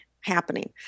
happening